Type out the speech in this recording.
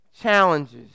challenges